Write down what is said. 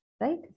right